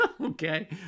okay